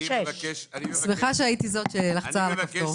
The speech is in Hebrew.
אני שמחה שהייתי זאת שלחצה על הכפתור.